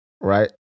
right